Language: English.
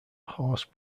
horse